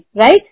right